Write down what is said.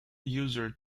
users